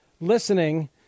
Listening